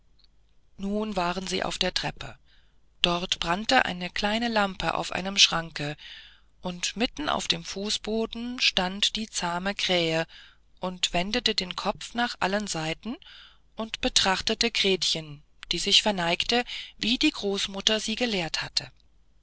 nun waren sie auf der treppe da brannte eine kleine lampe auf einem schranke und mitten auf dem fußboden stand die zahme krähe und wendete den kopf nach allen seiten und betrachtete gretchen die sich verneigte wie die großmutter sie gelehrt hatte